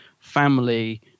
family